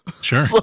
Sure